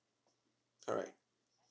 correct